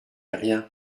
rien